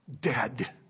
dead